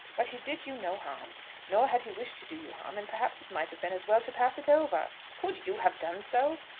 but he did you no harm nor had he wished to do you harm and perhaps it might have been as well to pass it over. could you have done so?